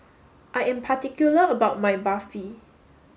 I am particular about my Barfi